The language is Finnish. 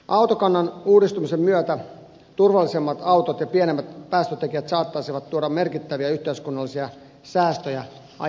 autokannan uudistumisen myötä turvallisemmat autot ja pienemmät päästötekijät saattaisivat tuoda merkittäviä yhteiskunnallisia säästöjä ajan kuluessa